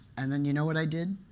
and then you know what i did?